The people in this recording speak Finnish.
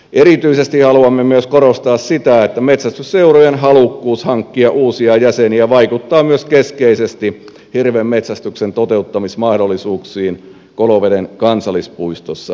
erityisesti haluamme myös korostaa sitä että metsästysseurojen halukkuus hankkia uusia jäseniä vaikuttaa myös keskeisesti hirvenmetsästyksen toteuttamismahdollisuuksiin koloveden kansallispuistossa